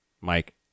Mike